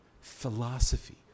philosophy